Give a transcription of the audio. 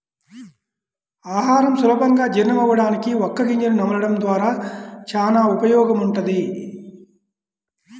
ఆహారం సులభంగా జీర్ణమవ్వడానికి వక్క గింజను నమలడం ద్వారా చానా ఉపయోగముంటది